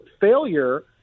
failure